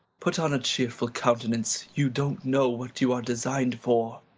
put on a chearful countenance, you don't know what you are design'd for.